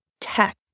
tech